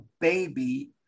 baby